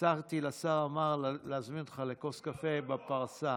הצעתי לשר עמאר להזמין אותך לכוס קפה בפרסה.